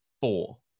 four